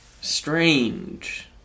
strange